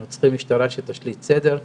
אנחנו צריכים משטרה שתשליט סדר,